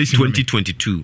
2022